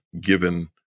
given